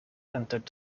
entered